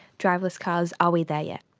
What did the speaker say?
driverless cars are we there yet?